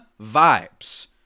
vibes